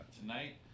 tonight